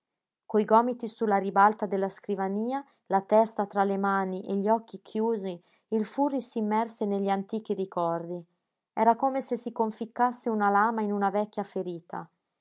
coi gomiti su la ribalta della scrivania la testa tra le mani e gli occhi chiusi il furri s'immerse negli antichi ricordi era come se si conficcasse una lama in una vecchia ferita